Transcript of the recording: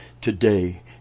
today